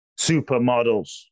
Supermodels